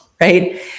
right